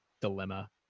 dilemma